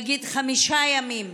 נגיד חמישה ימים.